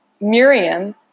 Miriam